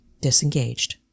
disengaged